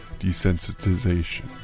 desensitization